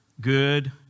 good